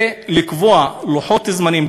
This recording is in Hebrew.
ולקבוע לוחות זמנים,